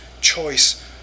choice